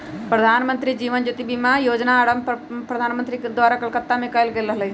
प्रधानमंत्री जीवन ज्योति बीमा जोजना के आरंभ प्रधानमंत्री द्वारा कलकत्ता में कएल गेल रहइ